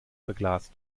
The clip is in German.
verglast